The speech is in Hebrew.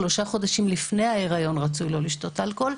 שלושה חודשים לפני ההיריון רצוי לא לתשות אלכוהול.